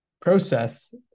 process